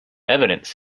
evidence